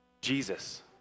Jesus